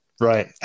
Right